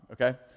okay